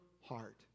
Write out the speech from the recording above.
heart